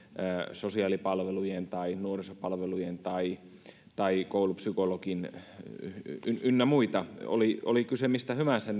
sosiaalipalveluja tai nuorisopalveluja tai tai koulupsykologi tai muita oli oli kyse mistä hyvänsä